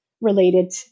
related